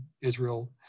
Israel